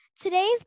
Today's